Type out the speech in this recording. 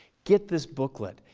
get this booklet,